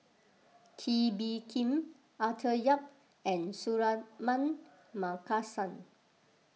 Kee Bee Khim Arthur Yap and Suratman Markasan